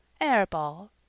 air-ball